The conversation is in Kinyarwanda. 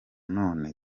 none